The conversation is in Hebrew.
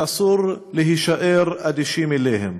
שאסור להישאר אדישים אליהם.